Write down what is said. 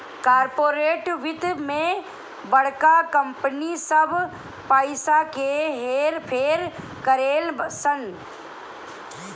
corporate वित्त मे बड़का कंपनी सब पइसा क हेर फेर करेलन सन